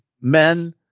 men